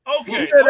Okay